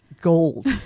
gold